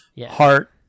heart